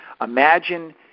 Imagine